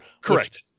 Correct